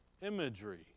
imagery